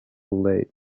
late